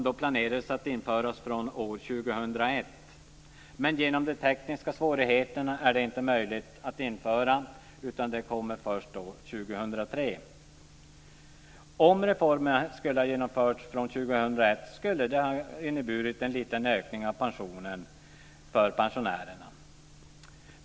Den planerades att införas år 2001, men i och med de tekniska svårigheterna är det inte möjligt att införa den förrän år 2003. Om reformen skulle ha genomförts 2001 skulle den ha inneburit en liten ökning av pensionen för pensionärerna.